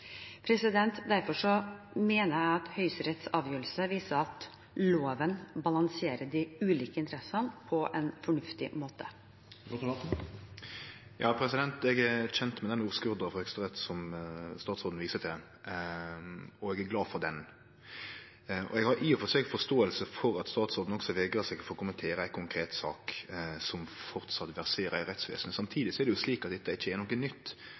Derfor mener jeg at Høyesteretts avgjørelse viser at loven balanserer de ulike interessene på en fornuftig måte. Eg er kjend med den orskurden frå Høgsterett som statsråden viser til, og eg er glad for han. Eg har også i og for seg forståing for at statsråden vegrar seg for å kommentere ei konkret sak som framleis verserer i rettsvesenet. Samtidig er dette ikkje noko nytt. Det